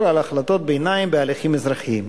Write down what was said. על החלטות ביניים בהליכים אזרחיים.